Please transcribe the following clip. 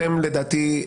אתם לדעתי,